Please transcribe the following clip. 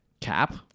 Cap